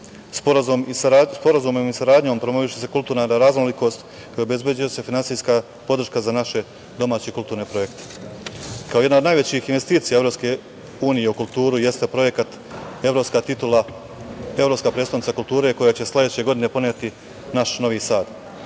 tokove. Sporazumom i saradnjom promoviše se kulturna raznolikost i obezbeđuje se finansijska podrška za naše domaće kulturne projekte. Kao jedna od najvećih investicija EU u kulturu jeste projekat – Evropska prestonica kulture, koja će sledeće godine poneti naš Novi Sad.